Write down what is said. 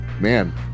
Man